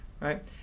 right